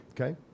Okay